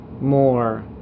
more